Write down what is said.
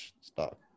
stock